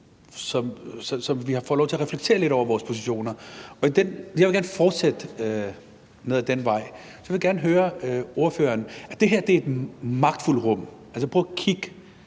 så vi får lov til at reflektere lidt over vores positioner, og jeg vil gerne fortsætte lidt ned ad den vej, så jeg vil gerne høre ordføreren om noget. Det her er et magtfuldt rum – altså,